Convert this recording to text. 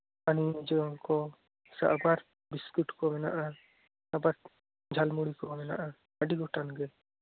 ᱦᱮᱸ tiffin cake ᱠᱚ ᱢᱮᱱᱟᱜᱼᱟ ᱴᱚᱯᱷᱤᱱ ᱠᱮᱠ ᱵᱚᱫᱚᱞ ᱦᱚᱸ ᱟᱨᱚ ᱟᱢᱟ ᱞᱮᱠᱟᱱᱟᱜ ᱯᱟᱱᱤ ᱳᱡᱳᱱ ᱠᱚ ᱥᱮ ᱟᱵᱟᱨ ᱵᱤᱥᱠᱩᱴ ᱠᱚ ᱢᱮᱱᱟᱜᱼᱟ ᱟᱵᱟᱨ ᱡᱷᱟᱞᱢᱩᱲᱤ ᱠᱚᱦᱚᱸ ᱢᱮᱱᱟᱜᱼᱟ ᱟᱹᱰᱤ ᱜᱚᱴᱟᱱ ᱜᱮ